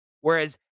whereas